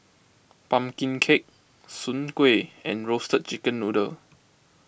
Pumpkin Cake Soon Kueh and Roasted Chicken Noodle